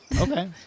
Okay